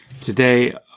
Today